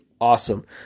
awesome